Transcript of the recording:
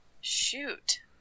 Shoot